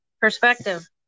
perspective